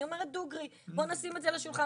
אני אומרת דוגרי, בואו נשים את זה על השולחן.